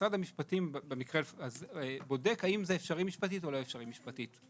משרד המשפטים בודק האם זה אפשרי משפטית או לא אפשרי משפטית.